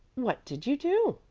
what did you do?